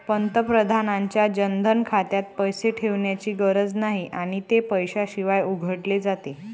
पंतप्रधानांच्या जनधन खात्यात पैसे ठेवण्याची गरज नाही आणि ते पैशाशिवाय उघडले जाते